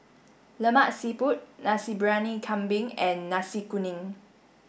Lemak Siput Nasi Briyani Kambing and Nasi Kuning